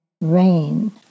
Rain